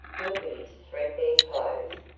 look at his threadbare clothes,